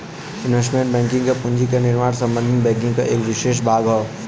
investment banking पूंजी के निर्माण से संबंधित बैंकिंग क एक विसेष भाग हौ